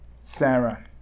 Sarah